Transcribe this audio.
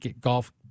golf